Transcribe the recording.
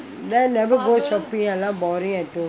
then never go shopping lah boring at home